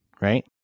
right